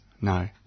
No